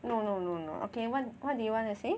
no no no no okay what what do you want to say